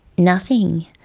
nothing.